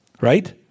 Right